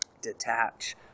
detach